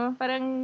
parang